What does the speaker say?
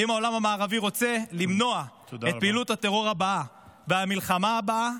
ואם העולם המערבי רוצה למנוע את פעילות הטרור הבאה והמלחמה הבאה,